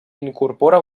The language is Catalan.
incorpora